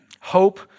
Hope